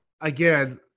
again